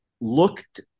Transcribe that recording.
looked